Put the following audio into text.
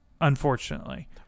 unfortunately